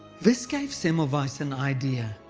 this gave semmelweis so an idea.